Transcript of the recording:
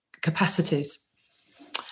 capacities